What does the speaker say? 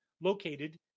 located